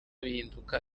bihinduka